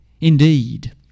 Indeed